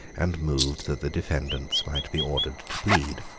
and moved that the defendants might be ordered to plead.